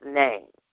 name